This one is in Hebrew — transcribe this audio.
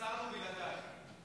הסרנו בלעדייך.